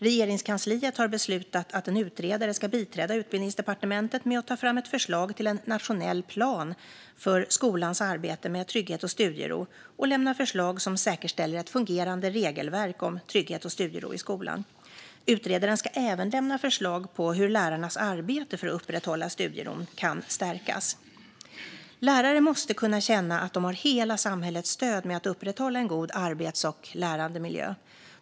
Regeringskansliet har beslutat att en utredare ska biträda Utbildningsdepartementet med att ta fram ett förslag till en nationell plan för skolans arbete med trygghet och studiero och lämna förslag som säkerställer ett fungerande regelverk om trygghet och studiero i skolan. Utredaren ska även lämna förslag på hur lärarnas arbete för att upprätthålla studieron kan stärkas. Lärare måste kunna känna att de har hela samhällets stöd med att upprätthålla en god arbets och lärandemiljö.